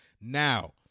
Now